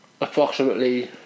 approximately